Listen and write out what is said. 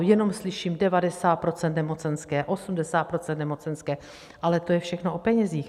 Jenom slyším 90 % nemocenské, 80 % nemocenské, ale to je všechno o penězích.